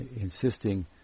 insisting